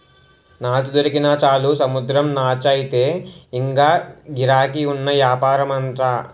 నాచు దొరికినా చాలు సముద్రం నాచయితే ఇంగా గిరాకీ ఉన్న యాపారంరా